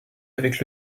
avec